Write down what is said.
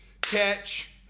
catch